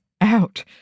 out